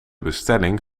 bestelling